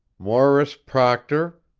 morris proctor,